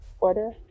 order